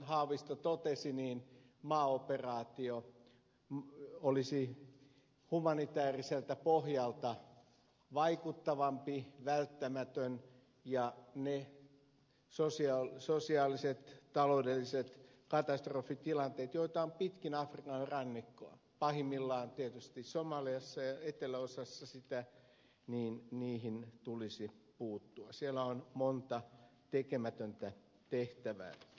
haavisto totesi maaoperaatio olisi humanitääriseltä pohjalta vaikuttavampi välttämätön ja niihin sosiaalisiin taloudellisiin katastrofitilanteisiin joita on pitkin afrikan rannikkoa pahimmillaan tietysti somalian eteläosassa tulisi puuttua siellä on monta tekemätöntä tehtävää